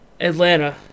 Atlanta